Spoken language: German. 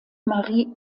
marie